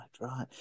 right